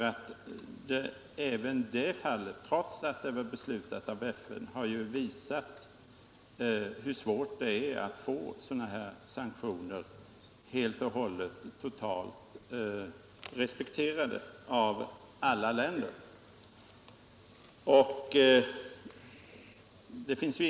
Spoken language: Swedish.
Också det fallet visade hur svårt det är att få sanktionerna respekterade i alla länder, även om de beslutas av FN.